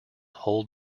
hold